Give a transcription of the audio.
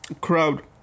crowd